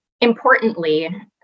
Importantly